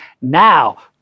now